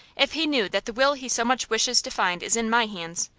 if he knew that the will he so much wishes to find is in my hands,